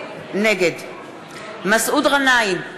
נגד מסעוד גנאים,